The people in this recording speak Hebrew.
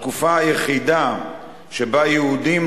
התקופה היחידה שבה יהודים,